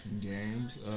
Games